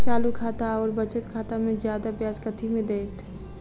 चालू खाता आओर बचत खातामे जियादा ब्याज कथी मे दैत?